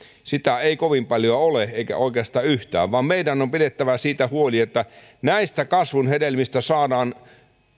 sitä ei kovin paljoa ole eikä oikeastaan yhtään vaan meidän on pidettävä siitä huoli että näistä kasvun hedelmistä saadaan